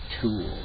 tool